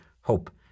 hope